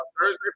Thursday